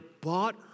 bought